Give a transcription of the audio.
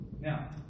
Now